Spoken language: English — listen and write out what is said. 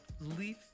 leaf